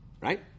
right